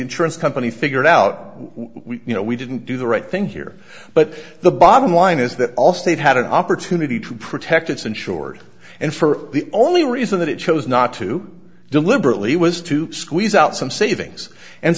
insurance company figured out we you know we didn't do the right thing here but the bottom line is that allstate had an opportunity to protect its insured and for the only reason that it chose not to deliberately was to squeeze out some savings and